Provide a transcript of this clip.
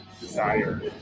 desire